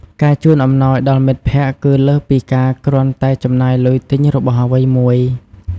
ការជូនអំណោយដល់មិត្តភក្តិ គឺលើសពីការគ្រាន់តែចំណាយលុយទិញរបស់អ្វីមួយ។